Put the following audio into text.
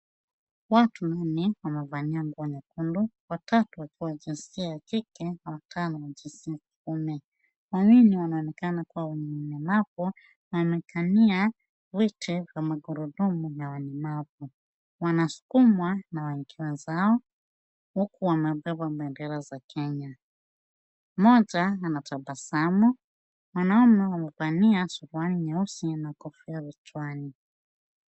Watu wengi wamevalia nguo nyekundu. Watatu wa jinsia ya kike na watano wa jinsia ya kiume. Wawili wanaonekana kuwa ni walemavu na wamekalia viti vya magurudumu ya walemavu. Wanasukumwa na wake zao, huku wamebeba bendera za Kenya. Mmoja anatabasamu. Wanaume wamevalia suruali nyeusi na kofia vichwani.